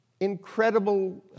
incredible